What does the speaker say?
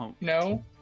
No